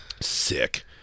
Sick